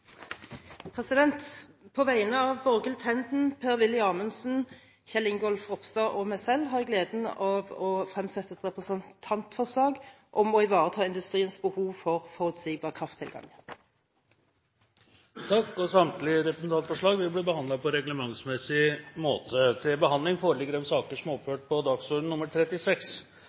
På vegne av Borghild Tenden, Per-Willy Amundsen, Kjell Ingolf Ropstad og meg selv har jeg gleden av å fremsette et representantforslag om å ivareta industriens behov for forutsigbar krafttilgang. Samtlige representantforslag vil bli behandlet på reglementsmessig måte.